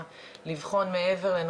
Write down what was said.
כי אם לא,